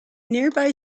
nearby